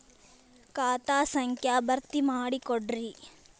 ಖಾತಾ ಸಂಖ್ಯಾ ಭರ್ತಿ ಮಾಡಿಕೊಡ್ರಿ